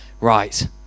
right